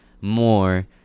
more